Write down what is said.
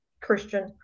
christian